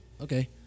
okay